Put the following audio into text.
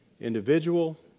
Individual